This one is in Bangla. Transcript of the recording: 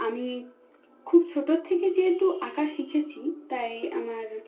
আমি খুব ছোটো থেকে যেহেতু আঁকা শিখেছি তাই আমার